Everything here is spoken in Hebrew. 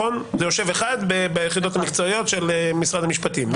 ויושב אחד ביחידות המקצועיות של משרד המשפטים.